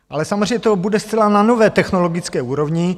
Ale samozřejmě to bude zcela na nové technologické úrovni.